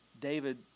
David